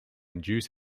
induce